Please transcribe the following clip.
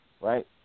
right